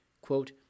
quote